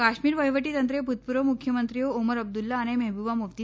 કાશ્મીર વહિવટી તંત્રે ભૂતપૂર્વ મુખ્યમંત્રીઓ ઓમર અબ્દલ્લા અને મહેબુબા મુફ્તી